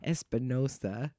Espinosa